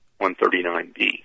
139b